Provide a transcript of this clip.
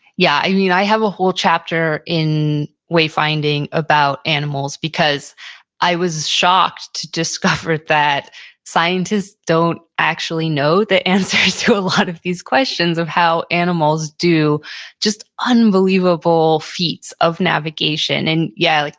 yeah. i mean, i have a whole chapter in wayfinding about animals because i was shocked to discover that scientists don't actually know the answers to a lot of these questions of how animals do just unbelievable feats of navigation. and yeah. like